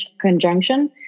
conjunction